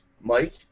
Mike